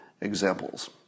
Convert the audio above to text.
examples